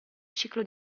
ciclo